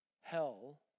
hell